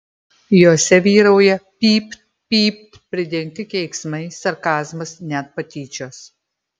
jose vyrauja pypt pypt pridengti keiksmai sarkazmas net patyčios